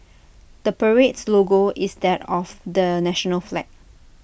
the parade's logo is that of the national flag